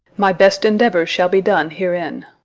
my best endeavours shall be done herein.